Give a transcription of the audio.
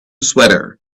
sweater